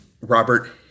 Robert